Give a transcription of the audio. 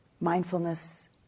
Mindfulness